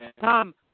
Tom